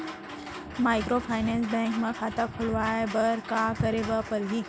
Microfinance bank म खाता खोलवाय बर का करे ल परही?